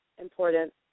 important